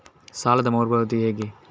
ಸಾಲದ ಮರು ಪಾವತಿ ಹೇಗೆ?